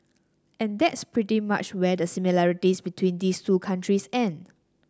and that's pretty much where the similarities between these two countries end